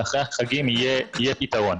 שאחרי החגים יהיה פתרון,